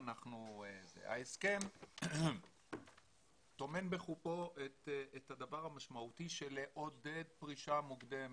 ההסכם טומן בחובו את הדבר המשמעותי של לעודד פרישה מוקדמת,